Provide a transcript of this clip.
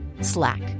Slack